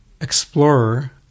explorer